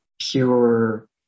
pure